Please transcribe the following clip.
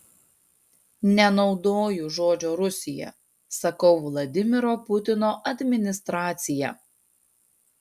nenaudoju žodžio rusija sakau vladimiro putino administracija